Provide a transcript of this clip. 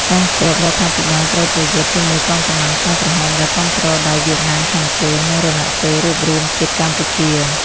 កងទ័ពរដ្ឋាភិបាលត្រូវប្រយុទ្ធជាមួយកងកម្លាំងខ្មែរក្រហម ដែលគាំទ្រដោយវៀតណាមខាងជើង និងរណសិរ្សរួបរួមជាតិកម្ពុជា។